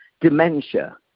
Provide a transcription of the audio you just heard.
dementia